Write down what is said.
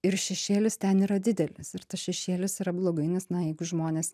ir šešėlis ten yra didelis ir tas šešėlis yra blogai nes na jeigu žmonės